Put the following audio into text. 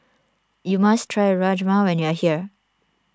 you must try Rajma when you are here